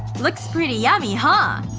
looks pretty yummy, huh?